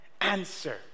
answer